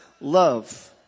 Love